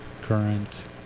current